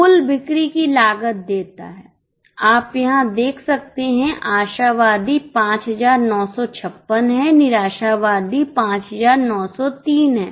कुल बिक्री की लागत देता है आप यहां देख सकते हैं आशावादी 5956 है निराशावादी 5903 है